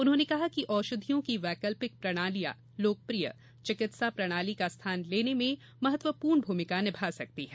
उन्होंने कहा कि औषधियों की वैकल्पिक प्रणालियां लोकप्रिय चिकित्सा प्रणाली का स्थान लेने में महत्वपूर्ण भूमिका निभा सकती हैं